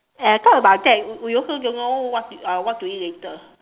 and I talk about that we also don't know what to uh what to eat later